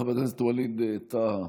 חבר הכנסת וליד טאהא,